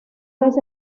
vez